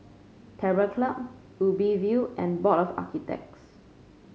Terror Club Ubi View and Board of Architects